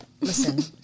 Listen